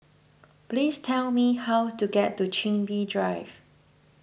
please tell me how to get to Chin Bee Drive